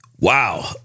Wow